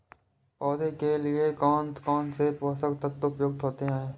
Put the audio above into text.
पौधे के लिए कौन कौन से पोषक तत्व उपयुक्त होते हैं?